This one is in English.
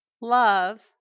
love